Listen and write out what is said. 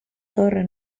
torre